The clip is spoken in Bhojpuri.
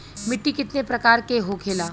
मिट्टी कितने प्रकार के होखेला?